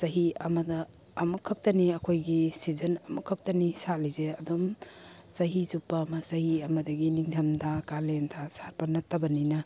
ꯆꯍꯤ ꯑꯃꯗ ꯑꯃꯨꯛ ꯈꯛꯇꯅꯤ ꯑꯩꯈꯣꯏꯒꯤ ꯁꯤꯖꯟ ꯑꯃꯨꯛꯈꯛꯇꯅꯤ ꯁꯥꯠꯂꯤꯁꯦ ꯑꯗꯨꯝ ꯆꯍꯤ ꯆꯨꯞꯄ ꯑꯃ ꯆꯍꯤ ꯑꯃꯗꯒꯤ ꯅꯤꯡꯊꯝ ꯊꯥ ꯀꯥꯂꯦꯟ ꯊꯥ ꯁꯥꯠꯄ ꯅꯠꯇꯕꯅꯤꯅ